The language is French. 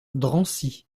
drancy